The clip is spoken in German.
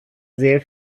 sehr